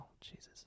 Jesus